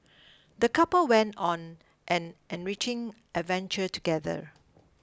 the couple went on an enriching adventure together